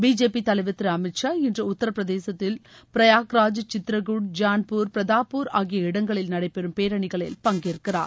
BJP தலைவர் திரு அமித் ஷா இன்று உத்தரப்பிரதேசத்தில் பிரயாக்ராஜ் சித்தரக்கூட் ஜான்பூர் பிரதாப்கர் ஆகிய இடங்களில் நடைபெறும் பேரணிகளில் பங்கேற்கிறார்